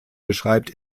beschreibt